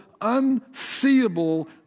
unseeable